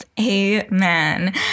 Amen